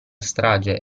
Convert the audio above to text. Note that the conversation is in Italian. strage